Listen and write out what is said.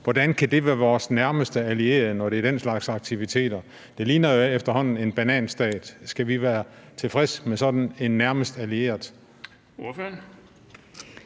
Hvordan kan de være vores nærmeste allierede, når der er tale om den slags aktiviteter? USA ligner efterhånden en bananstat. Skal vi være tilfredse med sådan en som vores